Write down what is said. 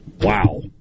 Wow